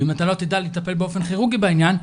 ואם אתה לא תדע לטפל באופן כירורגי בעניין,